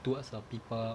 towards uh people